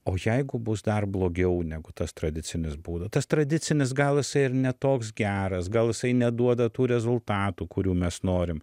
o jeigu bus dar blogiau negu tas tradicinis būda tas tradicinis gal isai ir ne toks geras gal jisai neduoda tų rezultatų kurių mes norim